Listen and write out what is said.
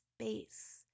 space